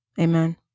Amen